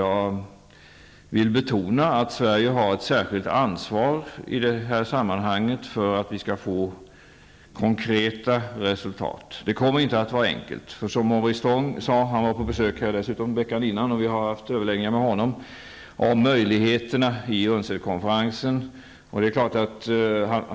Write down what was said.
Jag vill betona att Sverige har ett särskilt ansvar för att vi skall få konkreta resultat i det sammanhanget. Det kommer inte att vara enkelt. Maurice Strong uttalade sig då om utsikterna för UNCED konferensen. Han hade dessutom veckan före varit på besök i Sverige, och vi hade därvid haft överläggningar med honom.